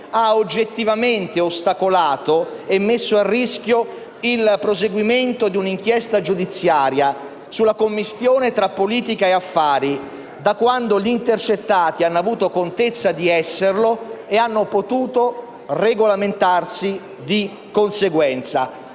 ha oggettivamente ostacolato e messo a rischio il proseguimento di una inchiesta giudiziaria sulla commistione tra politica e affari da quando gli intercettati hanno avuto contezza di esserlo e hanno potuto regolarsi di conseguenza.